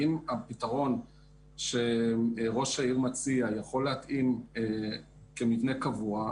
אם הפתרון שראש העיר מציע יכול להתאים כמבנה קבוע,